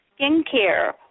skincare